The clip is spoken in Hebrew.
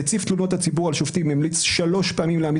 נציב תלונות הציבור על שופטים המליץ שלוש פעמים להעמיד